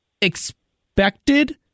expected